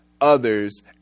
others